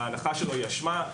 ההנחה שלו היא אשמה,